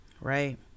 right